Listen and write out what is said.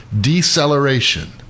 deceleration